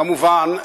כמובן,